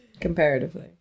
Comparatively